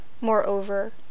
Moreover